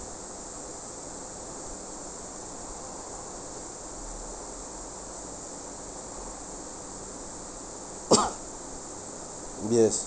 yes